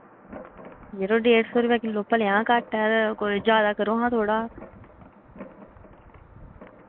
यरो डेढ़ सौ रपेया किल्लो भलेआं घट्ट ते कोई ज्यादा करो हां थोह्ड़ा